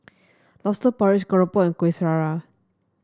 lobster porridge keropok and Kueh Syara